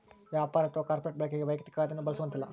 ವ್ಯಾಪಾರ ಅಥವಾ ಕಾರ್ಪೊರೇಟ್ ಬಳಕೆಗಾಗಿ ವೈಯಕ್ತಿಕ ಖಾತೆಯನ್ನು ಬಳಸುವಂತಿಲ್ಲ